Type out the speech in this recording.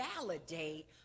validate